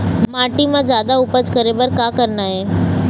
माटी म जादा उपज करे बर का करना ये?